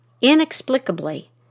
inexplicably